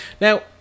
Now